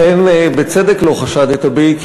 אכן בצדק לא חשדת בי.